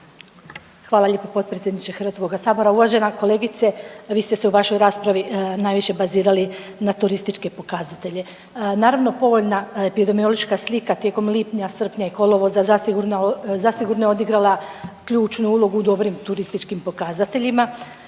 Hvala lijepo potpredsjedniče Hrvatskoga sabora. Kolegice vi ste se u vašoj raspravi najviše bazirali na turističke pokazatelje. Naravno povoljna epidemiološka slika tijekom lipnja, srpnja i kolovoza zasigurno je odigrala ključnu ulogu u dobrim turističkim pokazateljima.